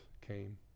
came